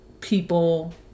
people